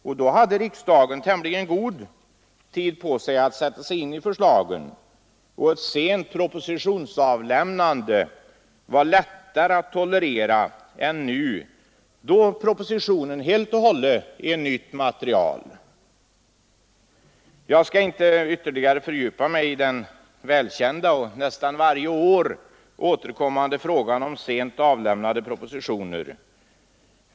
Riksdagen hade då tämligen god tid på sig att sätta sig in i förslagen, och ett sent propositionsavlämnande var lättare att tolerera än nu då propositionerna helt och hållet är nytt material. Jag skall inte ytterligare fördjupa mig i den välkända och nästan varje år återkommande frågan om sent avlämnade propositioner.